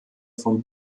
von